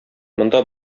монда